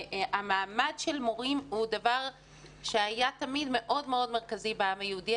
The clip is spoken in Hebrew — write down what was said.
המעמד של מורים הוא דבר שהיה תמיד מאוד מאוד מרכזי בעם היהודי.